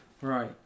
Right